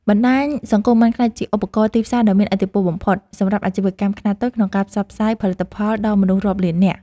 បណ្តាញសង្គមបានក្លាយជាឧបករណ៍ទីផ្សារដ៏មានឥទ្ធិពលបំផុតសម្រាប់អាជីវកម្មខ្នាតតូចក្នុងការផ្សព្វផ្សាយផលិតផលដល់មនុស្សរាប់លាននាក់។